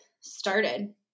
started